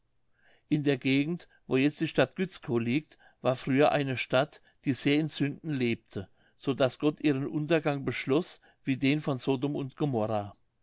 in der gegend wo jetzt die stadt gützkow liegt war früher eine stadt die sehr in sünden lebte so daß gott ihren untergang beschloß wie den von sodom und gomorrha